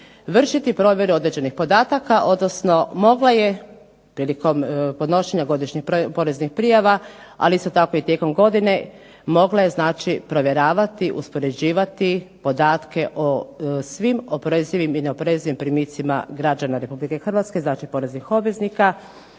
vršiti provjeru određenih podataka, odnosno mogla je prilikom podnošenja godišnjih poreznih prijava, ali isto tako i tijekom godine, mogla je znači provjeravati, uspoređivati podatke o svim oporezivim i neoporezivim primicima građana RH, znači poreznih obveznika.